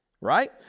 right